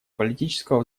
политического